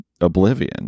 oblivion